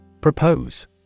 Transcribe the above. Propose